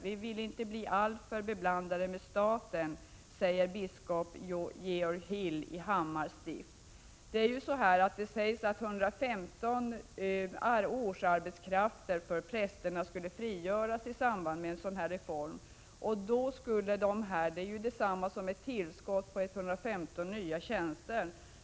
Vi vill inte bli alltför beblandade med staten, säger biskop Georg Hill i Hamar stift.” Det sägs att 115 årsarbetskrafter för präster frigörs i samband med en sådan här reform, och det är ju detsamma som ett tillskott på 115 tjänster.